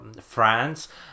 France